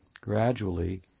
gradually